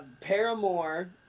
Paramore